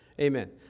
Amen